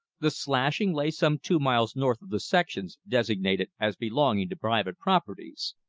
the slashing lay some two miles north of the sections designated as belonging to private parties.